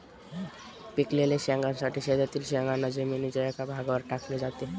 पिकलेल्या शेंगांसाठी शेतातील शेंगांना जमिनीच्या एका भागावर टाकले जाते